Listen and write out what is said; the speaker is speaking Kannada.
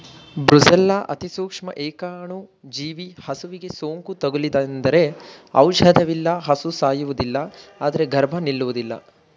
ಬ್ರುಸೆಲ್ಲಾ ಅತಿಸೂಕ್ಷ್ಮ ಏಕಾಣುಜೀವಿ ಹಸುವಿಗೆ ಸೋಂಕು ತಗುಲಿತೆಂದರೆ ಔಷಧವಿಲ್ಲ ಹಸು ಸಾಯುವುದಿಲ್ಲ ಆದ್ರೆ ಗರ್ಭ ನಿಲ್ಲುವುದಿಲ್ಲ